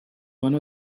one